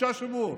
שישה שבועות.